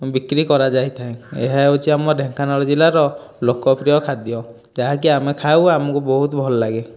ବିକ୍ରି କରାଯାଇଥାଏ ଏହା ହେଉଛି ଆମ ଢେଙ୍କାନାଳ ଜିଲ୍ଲାର ଲୋକପ୍ରିୟ ଖାଦ୍ୟ ଯାହାକି ଆମେ ଖାଉ ଆମକୁ ବହୁତ ଭଲ ଲାଗେ